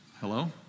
Hello